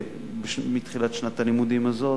מתחילת שנת הלימודים הזאת.